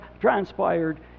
transpired